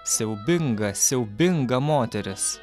siaubinga siaubinga moteris